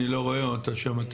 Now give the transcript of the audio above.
אני לא רואה אותה שם,